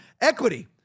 Equity